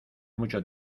mucho